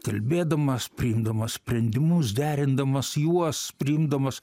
kalbėdamas priimdamas sprendimus derindamas juos priimdamas